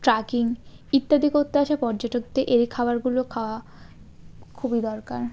tracking ইত্যাদি করতে আসে পর্যটকদের এই খাবারগুলো খাওয়া খুবই দরকার